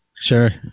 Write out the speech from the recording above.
Sure